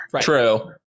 True